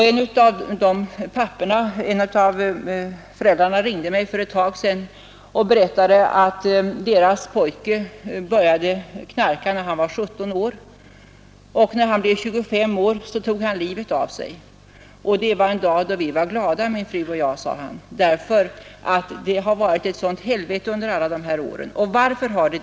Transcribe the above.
En av dem ringde mig för en tid sedan och berättade att deras pojke började knarka när han var 17 år, och när han var 25 år tog han livet av sig. ”Och det var en dag då vi var glada, min fru och jag”, sade han, ”ty det har varit ett helvete under alla dessa år.” Varför har det varit det?